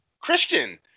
Christian